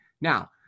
Now